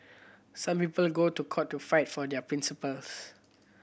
some people go to court to fight for their principles